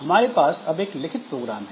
हमारे पास अब एक लिखित प्रोग्राम है